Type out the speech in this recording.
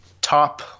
top –